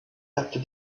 after